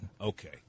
Okay